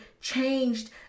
changed